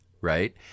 right